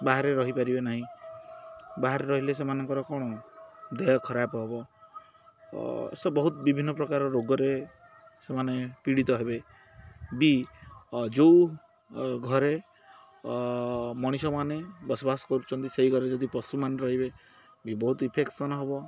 ବାହାରେ ରହିପାରିବେ ନାହିଁ ବାହାରେ ରହିଲେ ସେମାନଙ୍କର କ'ଣ ଦେହ ଖରାପ ହେବ ସେ ବହୁତ ବିଭିନ୍ନ ପ୍ରକାର ରୋଗରେ ସେମାନେ ପୀଡ଼ିତ ହେବେ ବି ଯେଉଁ ଘରେ ମଣିଷମାନେ ବସବାସ କରୁଛନ୍ତି ସେହି ଘରେ ଯଦି ପଶୁମାନେ ରହିବେ ବି ବହୁତ ଇନଫେକ୍ସନ ହେବ